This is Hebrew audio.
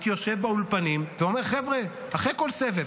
הייתי יושב באולפנים ואומר אחרי כל סבב,